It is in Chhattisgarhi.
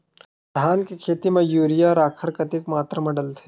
धान के खेती म यूरिया राखर कतेक मात्रा म डलथे?